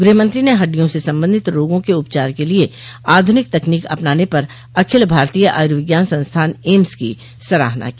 गृहमंत्री ने हड्डियों से संबंधित रोगों के उपचार के लिए आधनिक तकनीक अपनाने पर अखिल भारतीय आयुर्विज्ञान संस्थान एम्स की सराहना की